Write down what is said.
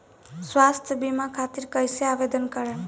स्वास्थ्य बीमा खातिर कईसे आवेदन करम?